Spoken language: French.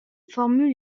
formule